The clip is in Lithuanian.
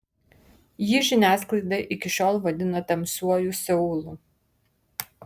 jį žiniasklaida iki šiol vadina tamsiuoju seulu